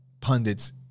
pundits